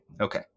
Okay